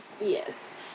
Yes